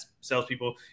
salespeople